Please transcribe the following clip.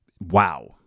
wow